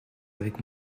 avec